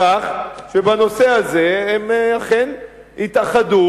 על כך שבנושא הזה הם אכן התאחדו,